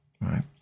right